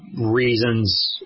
reasons